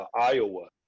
Iowa